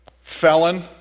Felon